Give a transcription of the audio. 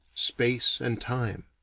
space and time.